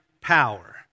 power